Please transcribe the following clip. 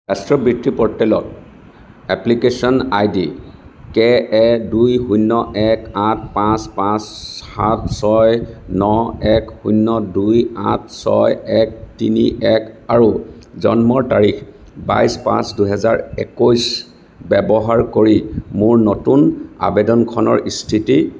ৰাষ্ট্ৰীয় বৃত্তি প'ৰ্টেলত এপ্লিকেশ্য়ন আইডি কে এ দুই শূন্য এক আঠ পাঁচ পাঁচ সাত ছয় ন এক শূণ্য দুই আঠ ছয় এক তিনি এক আৰু জন্মৰ তাৰিখ বাইশ পাঁচ দুহেজাৰ একৈশ ব্যৱহাৰ কৰি মোৰ নতুন আবেদনখনৰ স্থিতি